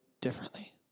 differently